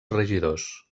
regidors